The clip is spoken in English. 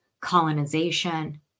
colonization